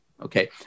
Okay